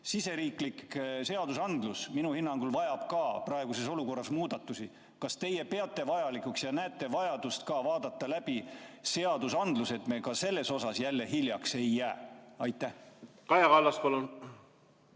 siseriiklik seadusandlus, minu hinnangul vajab ka praeguses olukorras muudatusi. Kas teie näete vajadust vaadata läbi seadusandlus, et me ka selles osas jälle hiljaks ei jääks? Aitäh!